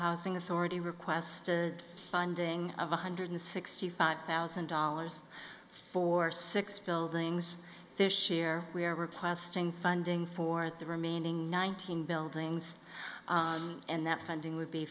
housing authority requested binding of one hundred sixty five thousand dollars for six buildings their share we are requesting funding for the remaining nineteen buildings and that funding would be